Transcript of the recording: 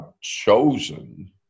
chosen